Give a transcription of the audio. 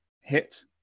hit